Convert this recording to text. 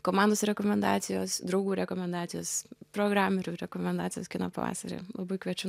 komandos rekomendacijos draugų rekomendacijos programerių rekomendacijos kino pavasary labai kviečiu